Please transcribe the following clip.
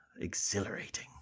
exhilarating